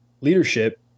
leadership